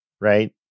right